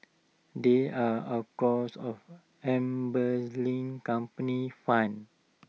they are of embezzling company funds